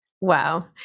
Wow